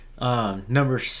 Number